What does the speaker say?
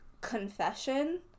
confession